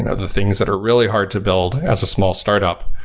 and the things that are really hard to build as a small startup,